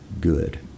good